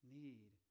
need